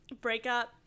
breakup